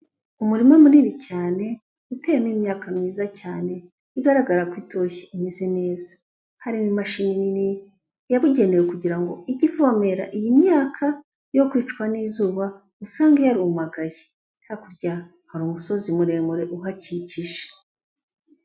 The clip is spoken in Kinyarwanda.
Umurima munini cyane uteyemo imyaka myiza cyane bigaragara ko itoshye imeze neza, harimo imashini nini yabugenewe kugira ngo ijye ivomera iyi myaka yere kwicwa n'izuba, usange yarumagaye, hakurya hari umusozi muremure uhakikije.